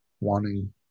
wanting